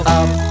up